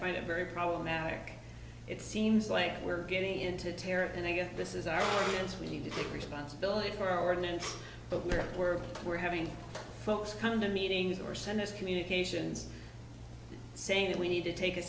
find it very problematic it seems like we're getting into terror and i guess this is our chance we need to take responsibility for our ordinance but we're we're we're having folks come to meetings or send us communications saying that we need to take a